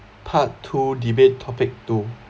part two debate topic two